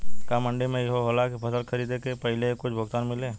का मंडी में इहो होला की फसल के खरीदे के पहिले ही कुछ भुगतान मिले?